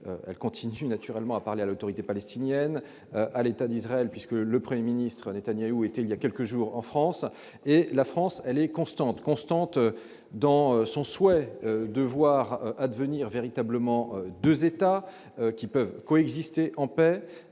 Elle continue naturellement à parler à l'Autorité palestinienne, ainsi qu'à l'État d'Israël, puisque le Premier ministre Netanyahou était, voilà quelques jours, en France. La France est constante dans son souhait de voir advenir véritablement deux États pouvant coexister en paix